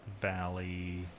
Valley